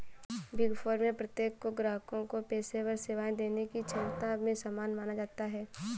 big four में प्रत्येक को ग्राहकों को पेशेवर सेवाएं देने की क्षमता में समान माना जाता है